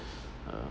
uh